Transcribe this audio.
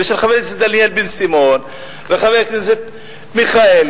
ושל חבר הכנסת דניאל בן-סימון וחבר הכנסת מיכאלי,